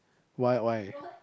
why why